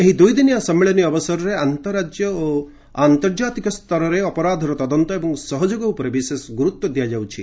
ଏହି ଦୁଇଦିନିଆ ସମ୍ମିଳନୀ ଅବସରରେ ଆନ୍ତଃରାଜ୍ୟ ଓ ଆନ୍ତର୍ଜାତିକ ସ୍ତରରେ ଅପରାଧର ତଦନ୍ତ ଏବଂ ସହଯୋଗ ଉପରେ ବିଶେଷ ଗୁରୁତ୍ୱ ଦିଆଯାଉଛି